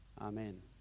Amen